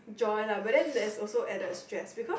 joy lah but then there's also added stress because